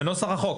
בנוסח החוק,